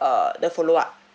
uh the follow up